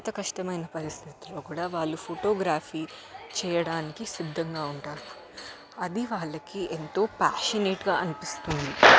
అంత కష్టమైన పరిస్థితుల్లో కూడా వాళ్ళు ఫోటోగ్రఫీ చేయడానికి సిద్ధంగా ఉంటారు అది వాళ్ళకి ఎంతో ప్యాషనేట్గా అనిపిస్తుంది